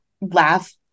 laugh